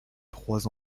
trois